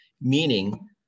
Meaning